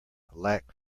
lack